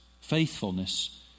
faithfulness